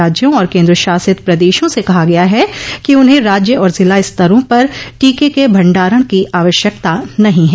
राज्यों और केंद्रशासित प्रदेशों से कहा गया है कि उन्हें राज्य और जिला स्तरों पर टीके के भंडारण की आवश्यकता नहीं ह